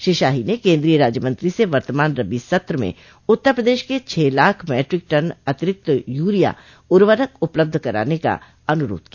श्री शाही ने केन्द्रीय राज्यमंत्री से वर्तमान रबी सत्र में उत्तर प्रदेश के छः लाख मैट्रिक टन अतिरिक्त यूरिया उर्वरक उपलब्ध कराने का अनुरोध किया